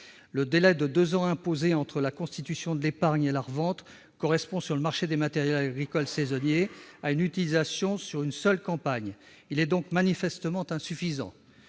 Le délai de deux ans imposé entre la constitution de l'épargne et la revente correspond, sur le marché des matériels agricoles saisonniers, à une utilisation sur une seule campagne. Il est donc manifestement insuffisant.